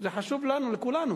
זה חשוב לכולנו,